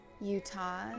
Utah